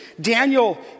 Daniel